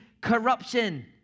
corruption